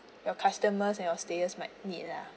your customers and your stayers might need lah